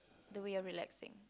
the way of relaxing